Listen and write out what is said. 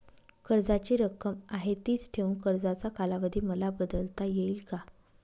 कर्जाची रक्कम आहे तिच ठेवून कर्जाचा कालावधी मला बदलता येईल का?